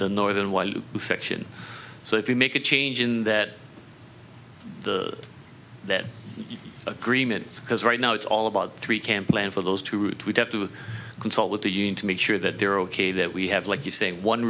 the northern while section so if you make a change in that that agreement because right now it's all about three can plan for those two routes we'd have to consult with the union to make sure that they're ok that we have like you say one